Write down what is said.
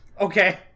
okay